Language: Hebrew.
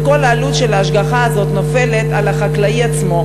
וכל העלות של ההשגחה הזאת נופלת על החקלאי עצמו,